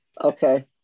Okay